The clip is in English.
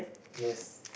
yes